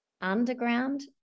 underground